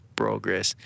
progress